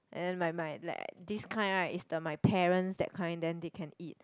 and then my my like this kind right is the my parents that kind then they can eat